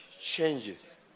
changes